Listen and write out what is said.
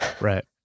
Right